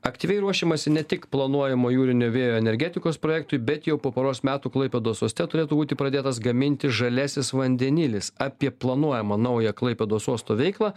aktyviai ruošiamasi ne tik planuojamo jūrinio vėjo energetikos projektui bet jau po poros metų klaipėdos uoste turėtų būti pradėtas gaminti žaliasis vandenilis apie planuojamą naują klaipėdos uosto veiklą